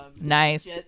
nice